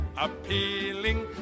appealing